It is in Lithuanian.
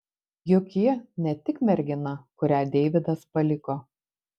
juk ji ne tik mergina kurią deividas paliko